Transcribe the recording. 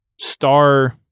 star